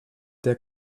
der